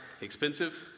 expensive